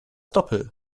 doppel